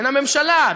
בין הממשלה,